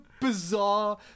bizarre